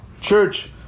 church